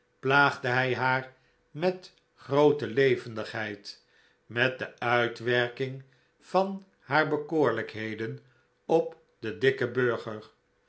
plaagde hij haar met groote levendigheid met de uitwerking van haar bekoorlijkheden op den dikken burger